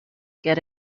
get